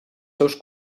seus